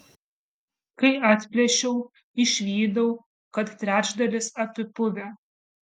kai atplėšiau išvydau kad trečdalis apipuvę